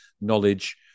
knowledge